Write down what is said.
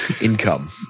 income